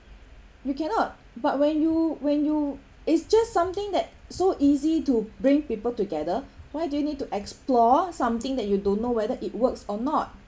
you cannot but when you when you it's just something that so easy to bring people together why do you need to explore something that you don't know whether it works or not